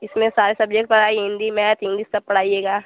इसमें सारे सब्जेक्ट पढ़ाइए हिन्दी मैथ इंग्लिस सब पढ़ाइएगा